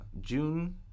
June